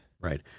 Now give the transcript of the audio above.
Right